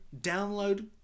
download